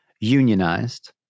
unionized